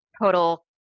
total